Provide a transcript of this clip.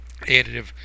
additive